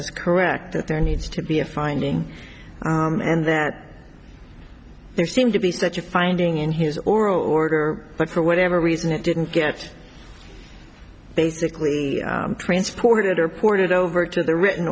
is correct that there needs to be a finding and that there seemed to be such a finding in his or order but for whatever reason it didn't get basically transported or ported over to the written